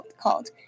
called